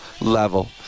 level